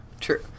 true